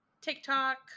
TikTok